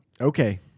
Okay